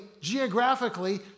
geographically